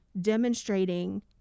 demonstrating